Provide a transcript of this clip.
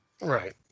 Right